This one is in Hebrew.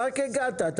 רק הגעת.